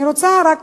אני רוצה רק